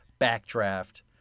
Backdraft